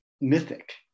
mythic